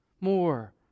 more